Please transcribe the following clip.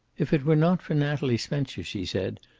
if it were not for natalie spencer, she said,